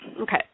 Okay